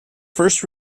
first